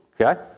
Okay